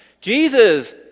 Jesus